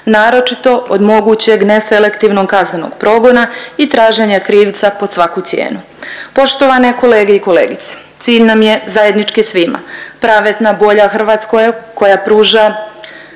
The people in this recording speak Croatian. naročito od mogućeg neselektivnog kaznenog progona i traženja krivca pod svaku cijenu. Poštovane kolege i kolegice cilj nam je zajednički svima. Pravedna bolja Hrvatska koja pruža